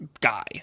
guy